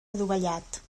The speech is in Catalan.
adovellat